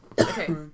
Okay